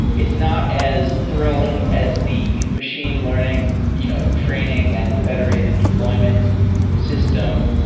it's not as thrilling as the machine learning you know training and federated deployment system.